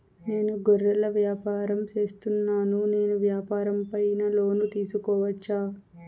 నేను గొర్రెలు వ్యాపారం సేస్తున్నాను, నేను వ్యాపారం పైన లోను తీసుకోవచ్చా?